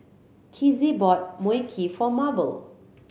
Kizzy bought Mui Kee for Mable